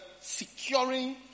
securing